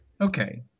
Okay